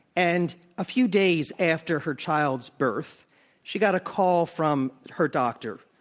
and a few days after her child's birth she got a call from her doctor,